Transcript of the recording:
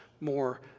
more